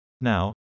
Now